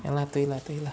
ya lah 对 lah 对 lah